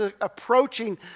approaching